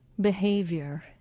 behavior